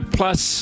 plus